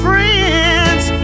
Friends